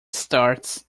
starts